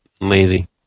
Lazy